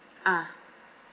ah